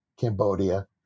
Cambodia